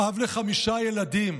אב לחמישה ילדים,